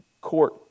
court